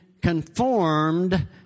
Conformed